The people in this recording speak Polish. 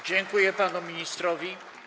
Dziękuję panu ministrowi.